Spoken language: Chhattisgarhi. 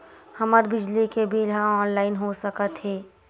हमर बिजली के बिल ह ऑनलाइन हो सकत हे?